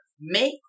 make